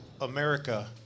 America